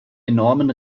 enormen